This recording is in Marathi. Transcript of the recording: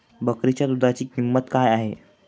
बकरीच्या दूधाची किंमत काय आहे?